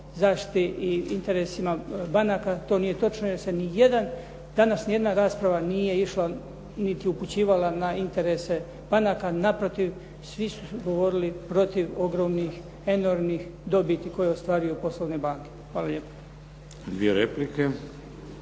zaštiti i interesima banaka, to nije točno. Jer se niti jedan, danas niti jedna rasprava nije išla niti upućivala na interese banaka. Naprotiv, svi su govorili protiv ogromnih, enormnih dobiti koje ostvaruju poslovne banke. Hvala lijepa.